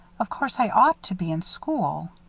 of course, i ought to be in school.